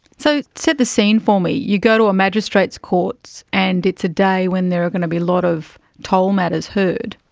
so set the scene for me. you go to a magistrates' court and it's a day when there are going to be a lot of toll matters heard.